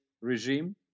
regime